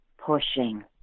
pushing